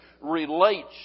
relates